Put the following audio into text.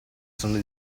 sono